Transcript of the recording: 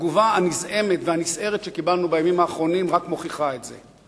התגובה הנזעמת והנסערת שקיבלנו בימים האחרונים רק מוכיחה את זה.